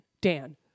Dan